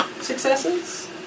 successes